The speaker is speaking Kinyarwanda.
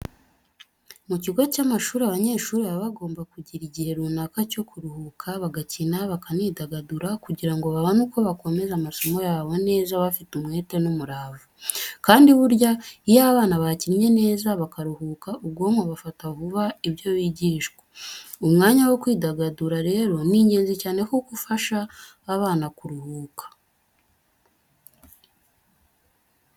Mu kigo cy'amashuri, abanyeshuri baba bagomba kugira igihe runaka cyo kuruhuka bagakina bakanidagadura kugira ngo babone uko bakomeza amasomo yabo neza bafite umwete n'umurava. Kandi burya iyo abana bakinnye neza bakaruhura ubwonko bafata vuba ibyo bigishwa. Umwanya wo kwidagadura rero ni ingenzi cyane kuko ufasha abana kuruhuka.